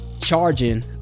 charging